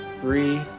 three